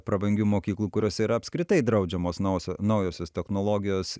prabangių mokyklų kuriose yra apskritai draudžiamos naujos naujosios technologijos